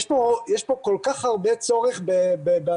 יש כאן כל כך הרבה צורך בהסברה.